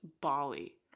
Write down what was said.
Bali